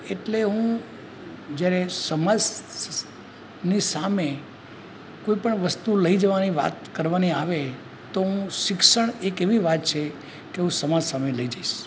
એટલે હું જ્યારે સમાજની સામે કોઈ પણ વસ્તુ લઈ જવાની વાત કરવાની આવે તો હું શિક્ષણ એક એવી વાત છે કે હું સમાજ સામે લઈ જઈશ